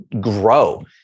grow